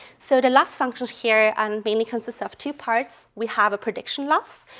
so the last function here um mainly consists of two parts. we have a prediction loss,